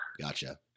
gotcha